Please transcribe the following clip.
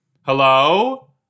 Hello